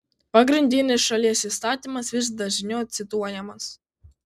pagrindinis šalies įstatymas vis dažniau cituojamas